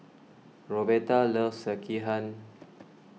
Roberta loves Sekihan